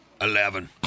Eleven